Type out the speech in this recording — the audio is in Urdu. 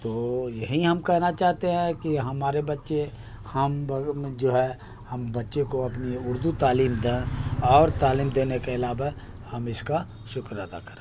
تو یہی ہم کہنا چاہتے ہیں کہ ہمارے بچے ہم جو ہے ہم بچے کو اپنی اردو تعلیم دیں اور تعلیم دینے کے علاوہ ہم اس کا شکر ادا کریں